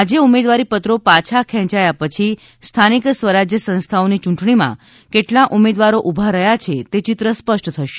આજે ઉમેદવારીપત્રો પાછા ખેંચાયા પછી સ્થાનિક સ્વરાજ સંસ્થાઓની ય્રંટણીમાં કેટલા ઉમેદવારો ઊભા રહ્યા છે તે ચિત્ર સ્પષ્ટ થશે